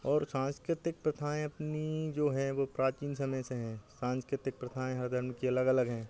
और सांस्कृतिक प्रथाएं अपनी जो है वे प्राचीन समय से हैं सांस्कृतिक प्रथाएं हर धर्म की अलग अलग हैं